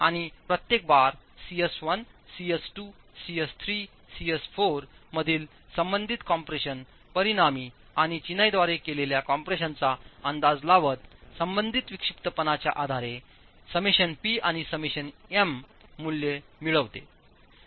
आणि प्रत्येक बार सीएस 1 सीएस 2 सीएस 3 सीएस 4 मधील संबंधित कॉम्प्रेशन परिणामी आणि चिनाईद्वारे केलेल्या कॉम्प्रेशनचा अंदाज लावत संबंधित विक्षिप्तपणाच्या आधारे ΣP आणि ΣM मूल्य मिळविते